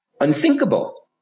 unthinkable